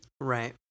Right